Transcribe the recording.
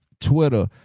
Twitter